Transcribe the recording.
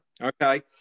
Okay